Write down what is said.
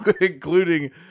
including